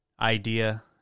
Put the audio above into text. idea